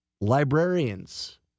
Librarians